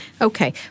Okay